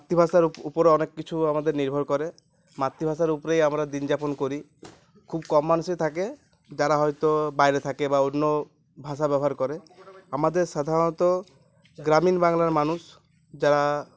মাতৃভাষার উপরে অনেক কিছু আমাদের নির্ভর করে মাতৃভাষার উপরেই আমরা দিন যাপন করি খুব কম মানুষই থাকে যারা হয়তো বাইরে থাকে বা অন্য ভাষা ব্যবহার করে আমাদের সাধারণত গ্রামীণ বাংলার মানুষ যারা